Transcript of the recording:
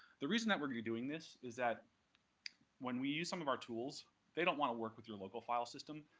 the reason that we're doing this is that when we use some of our tools, they don't want to work with your local file system.